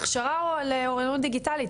הכשרה על אוריינות דיגיטלית,